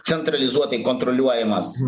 centralizuotai kontroliuojamas